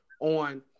on